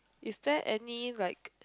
is there any like